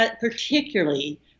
particularly